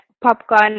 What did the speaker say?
popcorn